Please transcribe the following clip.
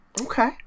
Okay